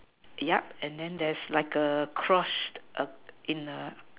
yup and then there's like a cross in the